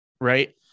right